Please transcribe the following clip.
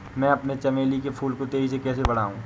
मैं अपने चमेली के फूल को तेजी से कैसे बढाऊं?